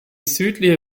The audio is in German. südliche